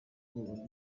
muryango